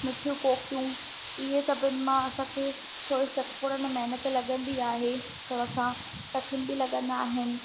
मिठियूं कोकियूं इहे सभिनि मां असांखे थोरे सतपुड़नि में महिनत लॻंदी आहे थोरा सा कठिन बि लॻंदा आहिनि